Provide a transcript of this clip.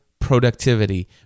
productivity